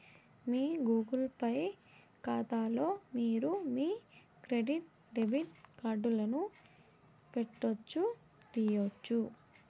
మీ Google Pay కాతాలో మీరు మీ క్రెడిట్ డెబిట్ కార్డులను పెట్టొచ్చు, తీయొచ్చు